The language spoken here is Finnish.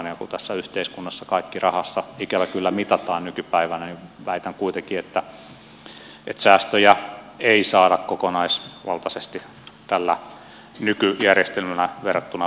ja kun tässä yhteiskunnassa kaikki rahassa ikävä kyllä mitataan nykypäivänä niin väitän kuitenkin että säästöjä ei saada kokonaisvaltaisesti tällä nykyjärjestelmällä verrattuna vanhaan